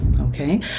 okay